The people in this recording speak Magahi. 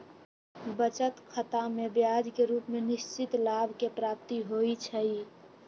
बचत खतामें ब्याज के रूप में निश्चित लाभ के प्राप्ति होइ छइ